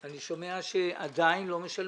אני שומע שעדיין לא משלמים.